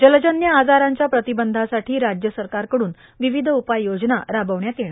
जलजन्य आजारांच्या प्रतिबंधासाठी राज्य सरकारकडून विविध उपाययोजना राबवण्यात येणार